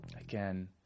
again